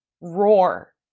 roar